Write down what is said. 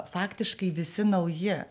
faktiškai visi nauji